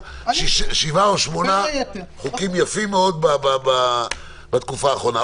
7 או 8 חוקים יפים מאוד בתקופה האחרונה.